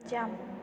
jump